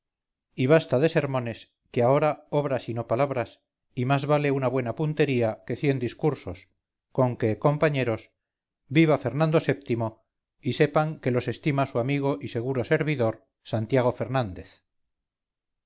y basta de sermones que ahora obras y no palabras y más vale una buena puntería que cien discursos conque compañeros viva fernando vii y sepan que los estima su amigo y seguro servidor santiago fernández